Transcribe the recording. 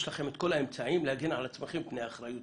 יש לכם את כל האמצעים להגן על עצמכם מפני אחריות